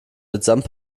mitsamt